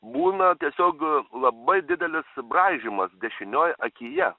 būna tiesiog labai didelis braižymas dešinioj akyje